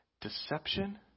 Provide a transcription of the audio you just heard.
deception